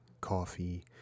coffee